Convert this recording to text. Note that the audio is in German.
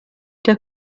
der